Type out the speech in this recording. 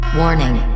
warning